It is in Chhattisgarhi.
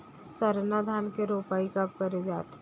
सरना धान के रोपाई कब करे जाथे?